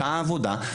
שעה עבודה,